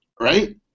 Right